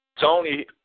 Tony